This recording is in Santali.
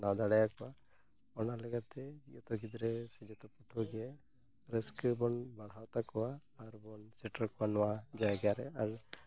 ᱵᱮᱱᱟᱣ ᱫᱟᱲᱮ ᱟᱠᱚᱣᱟ ᱚᱱᱟᱞᱮᱠᱟᱛᱮ ᱡᱚᱛᱚ ᱜᱤᱫᱽᱨᱟᱹ ᱥᱮ ᱡᱚᱛᱚ ᱯᱟᱹᱴᱷᱣᱟᱹᱜᱮ ᱨᱟᱥᱹᱠᱟᱹᱵᱚᱱ ᱵᱟᱲᱦᱟᱣ ᱛᱟᱠᱚᱣᱟ ᱟᱨᱵᱚᱱ ᱥᱮᱴᱮᱨ ᱠᱚᱣᱟ ᱱᱚᱣᱟ ᱡᱟᱭᱜᱟᱨᱮ ᱟᱨ